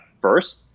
first